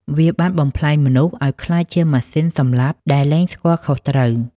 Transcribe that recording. វាបានបំប្លែងមនុស្សឱ្យក្លាយជាម៉ាស៊ីនសម្លាប់ ដែលលែងស្គាល់ខុសត្រូវ។